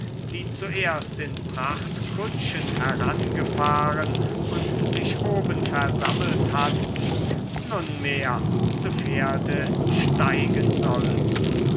die zuerst in prachtkutschen herangefahren und sich oben versammelt hatten nunmehr zu pferde steigen sollten